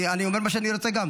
אני אגיד מה שאני רוצה.